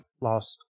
Lost